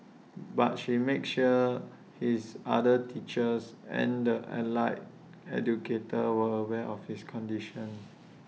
but she made sure his other teachers and the allied educator were aware of his condition